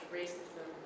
racism